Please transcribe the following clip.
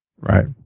Right